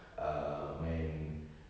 err main